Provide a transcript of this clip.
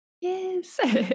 yes